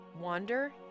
wander